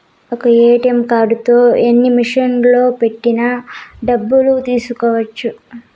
ఒక్క ఏటీఎం కార్డుతో అన్ని మిషన్లలో పెట్టి డబ్బులు తీసుకోవచ్చు